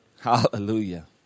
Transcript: Hallelujah